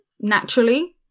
naturally